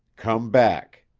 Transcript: come back.